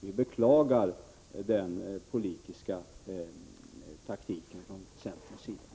Vi beklagar den politiska taktiken från centerns sida.